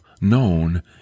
known